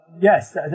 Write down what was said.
yes